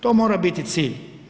To mora biti cilj.